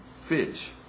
fish